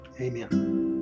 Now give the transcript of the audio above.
Amen